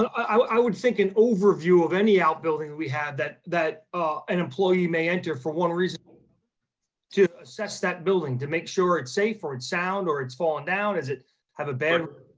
i would think an overview of any outbuilding we had that that ah an employee may enter for one reason to assess that building, to make sure it's safer and sound, or it's falling down, does it have a bed,